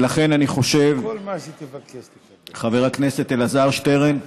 ולכן, חבר הכנסת אלעזר שטרן,